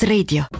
Radio